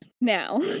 Now